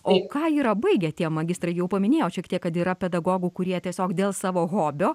o ką yra baigę tie magistrai jau paminėjot šiek tiek kad yra pedagogų kurie tiesiog dėl savo hobio